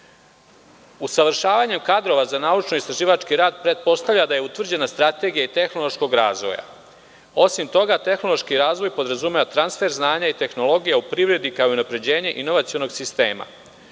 Usavršavanjem kadrova za naučno-istraživački rad pretpostavlja da je utvrđena strategija i tehnološkog razvoja. Osim toga, tehnološki razvoj podrazumeva transfer znanja i tehnologije u privredi, kao i unapređenje inovacionog sistema.